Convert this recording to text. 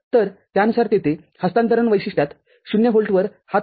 तर त्यानुसारयेथे हस्तांतरण वैशिष्ट्यात ० व्होल्टवर हा ३